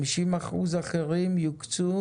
50% האחרים יוקצו